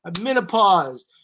menopause